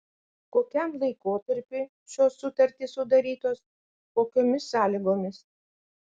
kokiam laikotarpiui šios sutartys sudarytos kokiomis sąlygomis